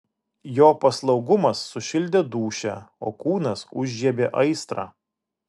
jo paslaugumas sušildė dūšią o kūnas užžiebė aistrą